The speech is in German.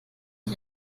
ich